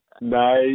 Nice